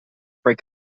break